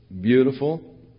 beautiful